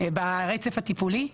ברצף הטיפולי.